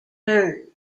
turns